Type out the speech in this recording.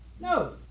No